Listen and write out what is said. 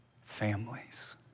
families